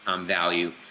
value